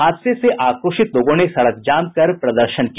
हादसे से आक्रोशित लोगों ने सड़क जाम कर प्रदर्शन किया